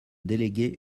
déléguer